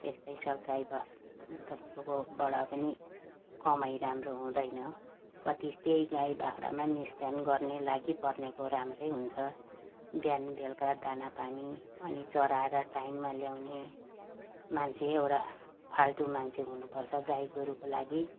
त्यस्तै छ गाई वस्तुबाट पनि कमाइ राम्रो हुँदैन कति त्यही गाई बाख्रामै निस् ध्यान गर्नै लागि गर्नेको राम्रै हुन्छ बिहान बेलुका दाना पानी अनि चराएर टाइममा ल्याउने मान्छे एउटा फाल्तु मान्छे हुनु पर्छ गाई गोरुको लागि